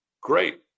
great